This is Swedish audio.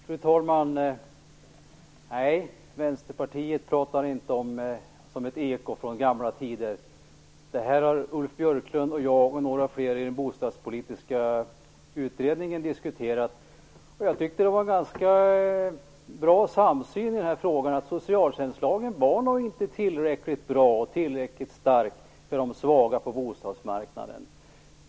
Fru talman! Nej, vi i Vänsterpartiet pratar inte som ett eko från gamla tider. Ulf Björklund, jag och några fler i den bostadspolitiska utredningen har diskuterat denna fråga. Jag tyckte att vi hade en ganska bra samsyn. Vi tyckte att socialtjänstlagen nog inte var tillräckligt bra och stark för de svaga på bostadsmarknaden.